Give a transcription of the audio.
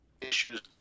issues